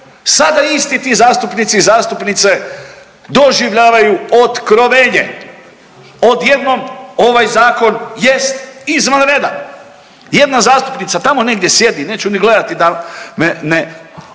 Sada isti ti zastupnici i zastupnice doživljavaju odkrovenje. Odjednom ovaj zakon jest izvanredan. Jedna zastupnica tamo negdje sjedi neću ni gledati da me ne